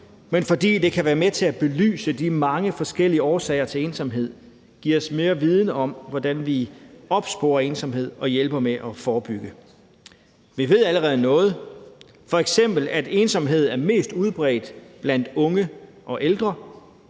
men fordi det kan være med til at belyse de mange forskellige årsager til ensomhed og give os mere viden om, hvordan vi opsporer ensomhed og hjælper med at forebygge. Vi ved allerede noget, f.eks. at ensomhed er mest udbredt blandt unge og ældre,